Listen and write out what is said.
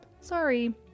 Sorry